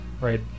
right